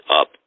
up